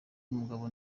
umugabo